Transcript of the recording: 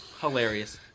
Hilarious